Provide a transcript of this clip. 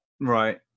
Right